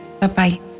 bye-bye